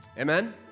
Amen